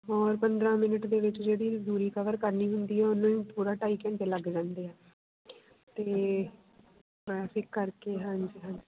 ਹੋਰ ਪੰਦਰਾਂ ਮਿਨਟ ਦੇ ਵਿੱਚ ਜਿਹੜੀ ਦੂਰੀ ਕਵਰ ਕਰਨੀ ਹੁੰਦੀ ਹੈ ਉਹਨੂੰ ਪੂਰਾ ਢਾਈ ਘੰਟੇ ਲੱਗ ਜਾਂਦੇ ਹੈ ਅਤੇ ਟ੍ਰੈਫਿਕ ਕਰਕੇ ਹਾਂਜੀ ਹਾਂਜੀ